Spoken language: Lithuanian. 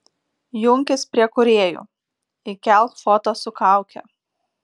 junkis prie kūrėjų įkelk foto su kauke